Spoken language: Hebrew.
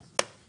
הוא נגדנו.